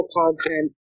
content